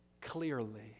clearly